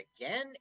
again